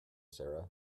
sarah